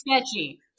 sketchy